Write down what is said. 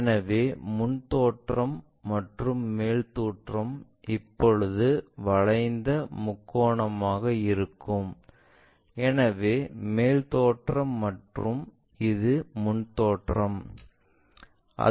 எனவே முன் தோற்றம் மற்றும் மேல் தோற்றம் இப்போது வளைந்த முக்கோணமாக இருக்கும் எனவே இது மேல் தோற்றம் மற்றும் இது முன் தோற்றம்